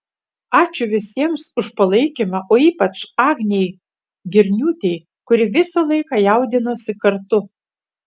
ačiū visiems už palaikymą o ypač agnei girniūtei kuri visą laiką jaudinosi kartu